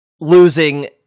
losing